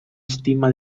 estima